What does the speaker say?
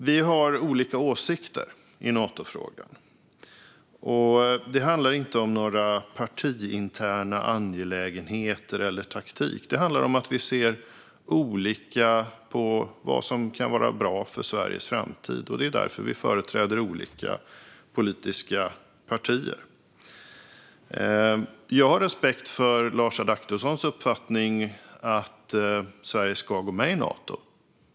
Vi har olika åsikter i Natofrågan, och det handlar inte om några partiinterna angelägenheter eller taktik. Det handlar om att vi ser olika på vad som kan vara bra för Sveriges framtid, och det är därför vi företräder olika politiska partier. Jag har respekt för Lars Adaktussons uppfattning att Sverige ska gå med i Nato.